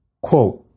Quote